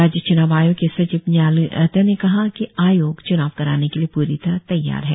राय्य च्नाव आयोग के सचिव न्याली ऐते ने कहा कि आयोग च्नाव कराने के लिए पूरी तरह तैयार है